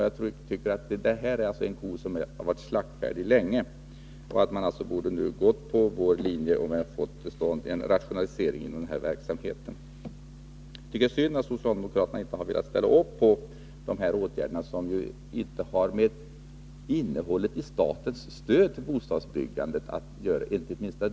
Jag tycker att denna ko sedan länge har varit slaktfärdig och att man nu borde följa vår linje att få till stånd en rationalisering av verksamheten. Det är synd att socialdemokraterna inte har velat ställa upp bakom dessa åtgärder, som ju inte har ett dugg att göra med innehållet i statens stöd till bostadsbyggande.